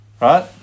Right